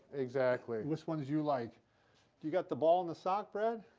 exactly which ones you like you got the ball and the sock, brad?